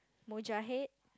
Mogahed